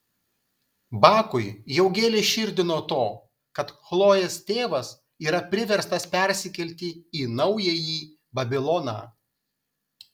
bakui jau gėlė širdį nuo to kad chlojės tėvas yra priverstas persikelti į naująjį babiloną